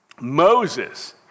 Moses